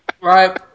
Right